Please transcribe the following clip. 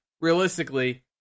realistically